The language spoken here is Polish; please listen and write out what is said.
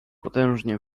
potężnie